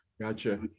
Gotcha